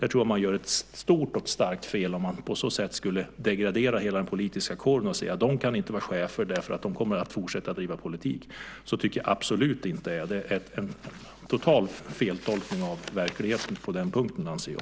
Jag tror att man gör ett stort och starkt fel om man på så sätt degraderar hela den politiska kåren och säger att de inte kan vara chefer därför att de kommer att fortsätta att driva politik. Så tycker jag absolut inte att det är. Det är en total feltolkning av verkligheten på den punkten, anser jag.